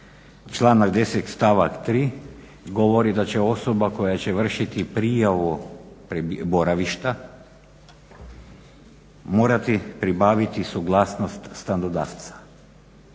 stavak 3. govori da će osoba koja će vršiti prijavu boravišta morati pribaviti suglasnost stanodavca.